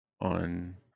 on